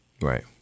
Right